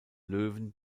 löwen